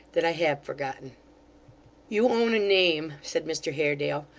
that i have forgotten you own a name said mr haredale,